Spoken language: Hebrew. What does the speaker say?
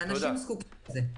אנשים זקוקים לזה.